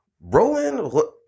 Roland